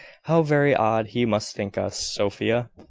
how very odd he must think us, sophia!